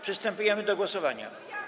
Przystępujemy do głosowania.